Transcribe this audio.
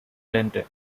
london